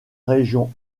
région